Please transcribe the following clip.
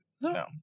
no